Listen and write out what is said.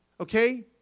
Okay